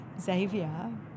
Xavier